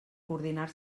coordinar